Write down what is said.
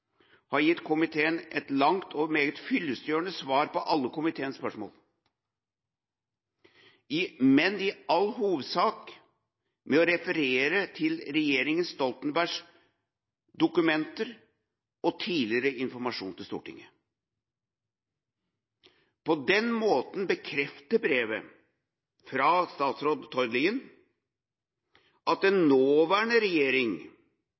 har gitt komiteen et langt og meget fyllestgjørende svar på alle komiteens spørsmål. Men dette ble gjort i all hovedsak ved å referere til regjeringa Stoltenbergs dokumenter og tidligere informasjon til Stortinget. På den måten bekrefter brevet fra statsråd Tord Lien at